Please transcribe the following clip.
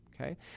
okay